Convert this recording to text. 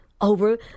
Over